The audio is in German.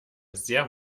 sehr